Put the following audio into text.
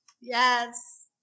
Yes